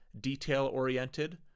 detail-oriented